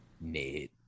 Ned